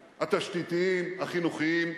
התשתיתיים, החינוכיים,